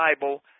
Bible